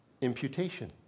Imputation